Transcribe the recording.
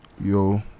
Yo